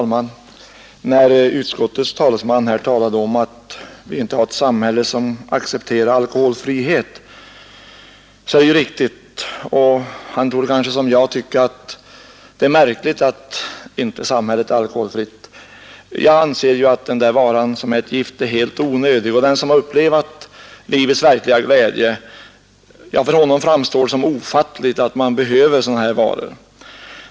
Fru talman! Utskottets talesman sade att vi inte har ett samhälle som accepterar alkoholfrihet. Detta är riktigt. Han torde som jag tycka att det är märkligt att vårt samhälle inte är alkoholfritt. Jag anser ju att alkohol, som är ett gift, är en helt onödig vara, och för den som har fått uppleva livets verkliga glädje framstår det som ofattbart att sådana varor skall behövas.